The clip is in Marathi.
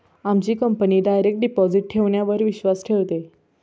आमची कंपनी डायरेक्ट डिपॉजिट ठेवण्यावर विश्वास ठेवते